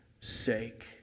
sake